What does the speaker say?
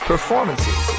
Performances